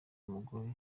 mugore